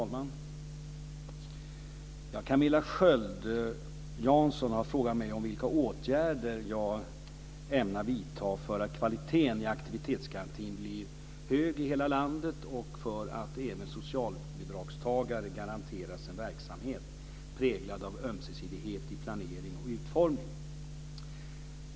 Fru talman! Camilla Sköld Jansson har frågat mig om vilka åtgärder jag ämnar vidta för att kvaliteten i aktivitetsgarantin blir hög i hela landet och för att även socialbidragstagare garanteras en verksamhet präglad av ömsesidighet i planering och utformning.